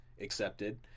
accepted